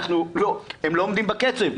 הם לא עומדים בקצב.